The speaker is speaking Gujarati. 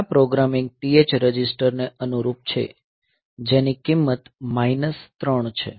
આ પ્રોગ્રામિંગ TH રજિસ્ટર ને અનુરૂપ છે જેની કિંમત માઇનસ 3 છે